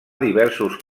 diversos